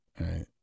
right